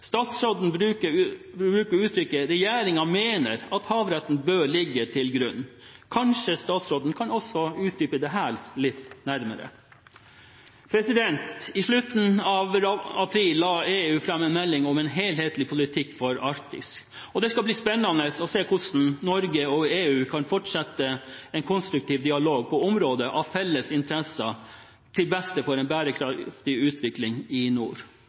Statsråden sier at regjeringen mener at «havretten bør ligge til grunn». Kanskje statsråden kan utdype dette litt nærmere. I slutten av april la EU fram en melding om en helhetlig politikk for Arktis. Det skal bli spennende å se hvordan Norge og EU kan fortsette en konstruktiv dialog på områder av felles interesse til beste for en bærekraftig utvikling i nord.